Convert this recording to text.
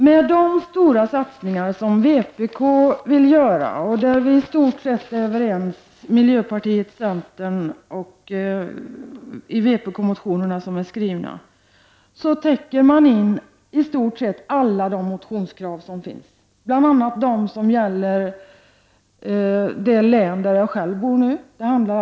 Med de stora satsningar som vpk vill göra och där vi i stort sett är överens med miljöpartiet och centern täcker man in så gott som alla motionskrav som finns, bl.a. de som gäller det län där jag själv nu bor, nämligen Dalarna.